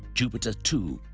jupiter, too,